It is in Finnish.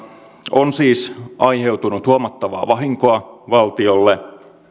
on siis aiheutunut huomattavaa vahinkoa valtiolle